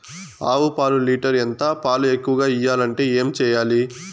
ఆవు పాలు లీటర్ ఎంత? పాలు ఎక్కువగా ఇయ్యాలంటే ఏం చేయాలి?